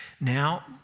Now